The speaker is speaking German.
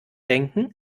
denken